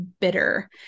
bitter